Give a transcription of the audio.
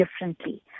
differently